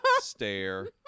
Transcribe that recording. stare